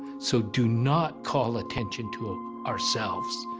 so do not call attention to ah ourselves.